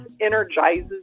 energizes